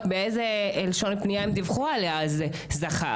באיזה לשון פניה הם דיווחו עליה - זכר.